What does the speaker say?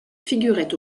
figuraient